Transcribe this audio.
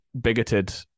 bigoted